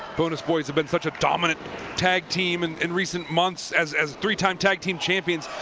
bonus boys have been such a dominate tag team and in recent months as. as three time tag team champions.